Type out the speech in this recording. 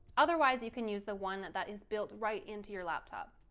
otherwise you can use the one that that is built right into your laptop.